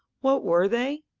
what were they?